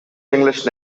english